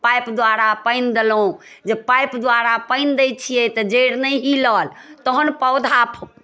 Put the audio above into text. pipe द्वारा पानि देलहुँ जे पाइप द्वारा पानि दै छियै तऽ जड़ि नहि हिलल तहन पौधा